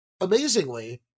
amazingly